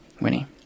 Winnie